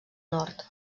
nord